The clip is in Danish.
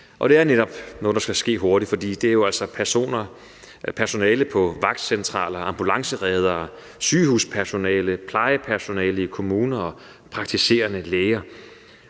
netop noget, der skal ske hurtigt, for det er jo altså personalet på vagtcentraler, ambulancereddere, sygehuspersonalet, plejepersonalet i kommuner og praktiserende læger,